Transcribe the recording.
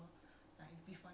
mm